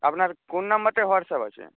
আপনার কোন নাম্বারটায় হোয়াটসঅ্যাপ আছে